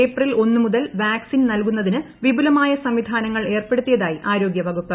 April ഒന്ന് മുതൽ vaccine നൽകുന്നതിന് വിപുലമായ സംവിധാനങ്ങൾ ഏർപ്പെടുത്തിയതായി ആരോഗ്യവകുപ്പ്